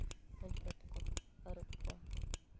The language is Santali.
ᱟᱹᱴᱯᱟᱹᱴ ᱠᱚ ᱟᱹᱨᱩᱵ ᱠᱚᱣᱟ